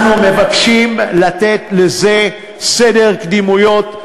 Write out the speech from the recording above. אנחנו מבקשים לתת לזה קדימות,